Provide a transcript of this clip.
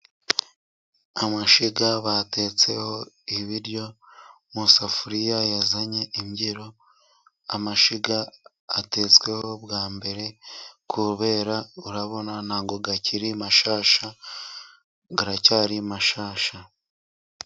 Amashyiga batetseho ibiryo mu isafuriya yazanye imbyiro. Amashyiga atetsweho bwa mbere, kubera ko urabona aracyari mashyashya.